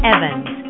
Evans